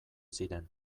ziren